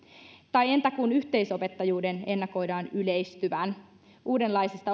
tai entä kun yhteisopettajuuden ennakoidaan yleistyvän uudenlaisista